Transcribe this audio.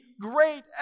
great